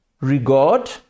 regard